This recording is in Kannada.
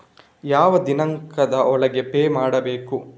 ಯಾವ ದಿನಾಂಕದ ಒಳಗೆ ಪೇ ಮಾಡಬೇಕು?